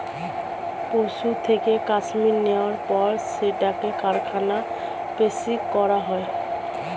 পশুর থেকে কাশ্মীর নেয়ার পর সেটাকে কারখানায় প্রসেসিং করা হয়